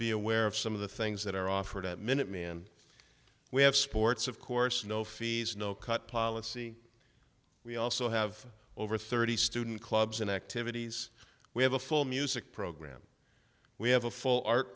be aware of some of the things that are offered at minuteman we have sports of course no fees no cut policy we also have over thirty student clubs and activities we have a full music program we have a full art